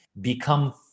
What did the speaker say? Become